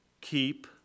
Keep